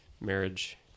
marriage